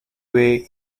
way